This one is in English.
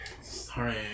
Sorry